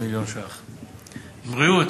בגנים הציבוריים החל מתחילת שנת הלימודים תשע"ג.